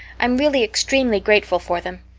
i'm really extremely grateful for them.